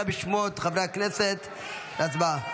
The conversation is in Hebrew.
נא קרא בשמות חברי הכנסת להצבעה.